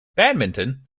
badminton